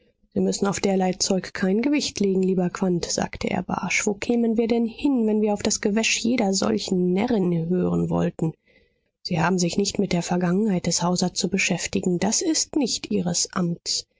sie müssen auf derlei zeug kein gewicht legen lieber quandt sagte er barsch wo kämen wir denn hin wenn wir auf das gewäsch jeder solchen närrin hören wollten sie haben sich nicht mit der vergangenheit des hauser zu beschäftigen das ist nicht ihres amts